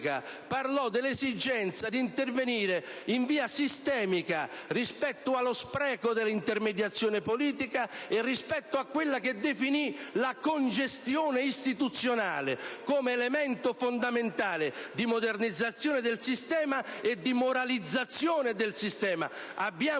parlò dell'esigenza di intervenire in via sistemica rispetto agli sprechi dell'intermediazione politica, e a quella che egli definì la congestione istituzionale, come elemento fondamentale di modernizzazione e di moralizzazione del sistema.